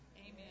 Amen